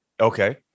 Okay